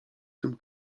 tym